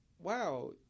wow